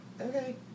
Okay